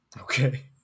Okay